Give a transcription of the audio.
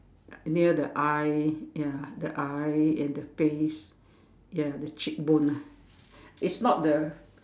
near the eye ya the eye and the face ya the cheek bone ah it's not the